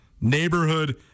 neighborhood